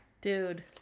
Dude